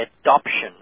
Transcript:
adoption